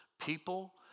people